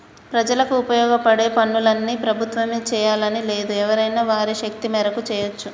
ప్రజలకు ఉపయోగపడే పనులన్నీ ప్రభుత్వమే చేయాలని లేదు ఎవరైనా వారి శక్తి మేరకు చేయవచ్చు